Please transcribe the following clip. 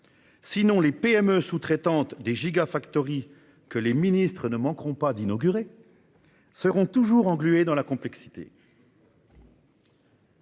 Sinon, les PME sous-traitantes des que les ministres ne manqueront pas d'inaugurer seront toujours engluées dans la complexité